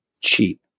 cheap